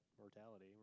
mortality